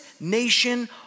nation